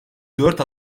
dört